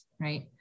right